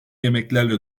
yemeklerle